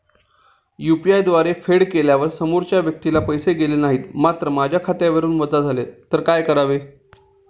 UPI द्वारे फेड केल्यावर समोरच्या व्यक्तीला पैसे गेले नाहीत मात्र माझ्या खात्यावरून वजा झाले तर काय करावे?